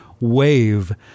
wave